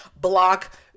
Block